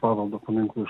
paveldo paminklų